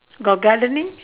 got gardening